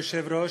כבוד היושב-ראש,